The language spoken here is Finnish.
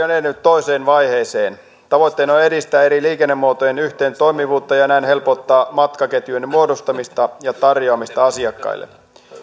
on edennyt toiseen vaiheeseen tavoitteena on edistää eri liikennemuotojen yhteentoimivuutta ja näin helpottaa matkaketjujen muodostamista ja tarjoamista asiakkaille